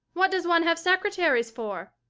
what does one have secretaries for?